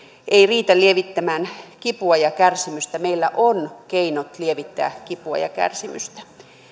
ei riitä lievittämään kipua ja kärsimystä meillä on keinot lievittää kipua ja kärsimystä